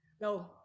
No